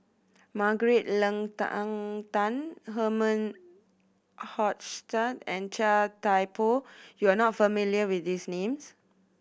Margaret Leng Tan Herman Hochstadt and Chia Thye Poh you are not familiar with these names